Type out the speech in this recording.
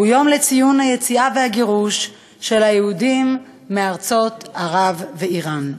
הוא יום לציון היציאה והגירוש של היהודים מארצות ערב ומאיראן.